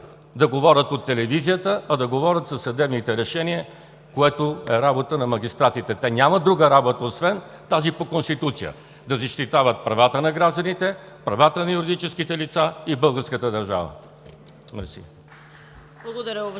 да говорят от телевизията, а да говорят със съдебните решения, което е работа на магистратите. Те нямат друга работа освен тази по Конституция – да защитават правата на гражданите, правата на юридическите лица и българската държава. Благодаря.